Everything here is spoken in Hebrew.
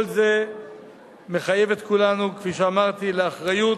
כל זה מחייב את כולנו, כפי שאמרתי, לאחריות,